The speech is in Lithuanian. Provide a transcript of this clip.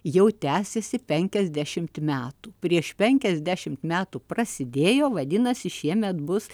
jau tęsiasi penkiasdešimt metų prieš penkiasdešimt metų prasidėjo vadinasi šiemet bus